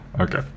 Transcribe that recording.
Okay